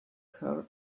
her